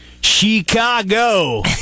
Chicago